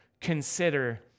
consider